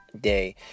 day